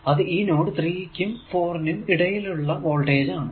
അത് ഈ നോഡ് 3 ക്കും 4 നും ഇടയിൽ ഉള്ള വോൾടേജ് ആണ്